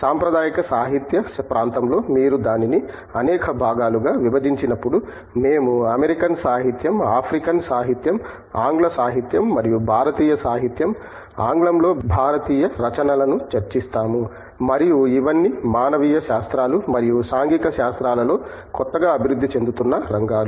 సాంప్రదాయిక సాహిత్య ప్రాంతంలో మీరు దానిని అనేక భాగాలుగా విభజించినప్పుడు మేము అమెరికన్ సాహిత్యం ఆఫ్రికన్ సాహిత్యం ఆంగ్ల సాహిత్యం భారతీయ సాహిత్యం ఆంగ్లంలో భారతీయ రచనలను చర్చిస్తాము మరియు ఇవన్నీ మానవీయ శాస్త్రాలు మరియు సాంఘిక శాస్త్రాలలో కొత్తగా అభివృద్ధి చెందుతున్న రంగాలు